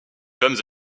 femmes